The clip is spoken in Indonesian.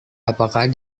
apakah